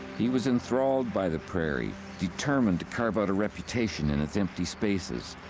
he was enthralled by the prairie, determined to carve out a reputation in its empty spaces.